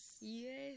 yes